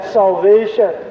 salvation